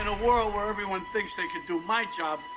and world where everyone thinks they can do my job.